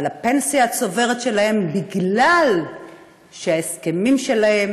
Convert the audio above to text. אבל הפנסיה הצוברת שלהם, בגלל שההסכמים שלהם